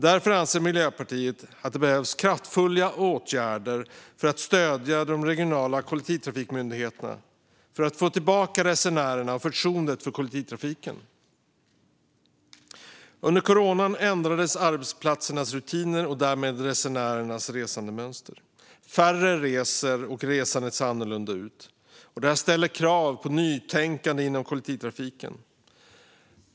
Därför anser Miljöpartiet att det behövs kraftfulla åtgärder för att stödja de regionala kollektivtrafikmyndigheterna och för att få tillbaka resenärerna och förtroendet för kollektivtrafiken. Under coronan ändrades arbetsplatsernas rutiner och därmed resenärernas resandemönster. Färre reser, och resandet ser annorlunda ut. Detta ställer krav på nytänkande inom kollektivtrafiken.